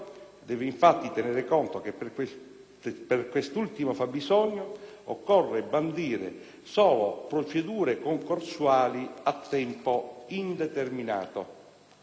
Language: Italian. deve, infatti, tenere conto che per quest'ultimo fabbisogno occorre bandire solo procedure concorsuali a tempo indeterminato.